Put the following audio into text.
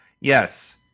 Yes